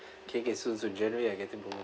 okay okay so so January I'm getting promoted